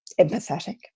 empathetic